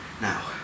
now